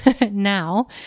now